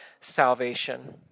salvation